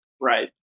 right